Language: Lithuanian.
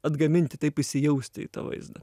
atgaminti taip įsijausti į tą vaizdą